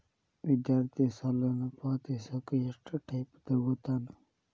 ವಿದ್ಯಾರ್ಥಿ ಸಾಲನ ಪಾವತಿಸಕ ಎಷ್ಟು ಟೈಮ್ ತೊಗೋತನ